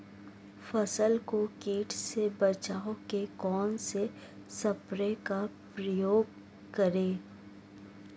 फसल को कीट से बचाव के कौनसे स्प्रे का प्रयोग करें?